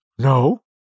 no